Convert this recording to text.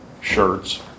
shirts